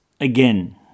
again